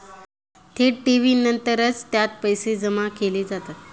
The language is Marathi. थेट ठेवीनंतरच त्यात पैसे जमा केले जातात